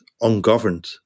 ungoverned